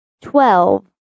twelve